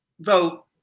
vote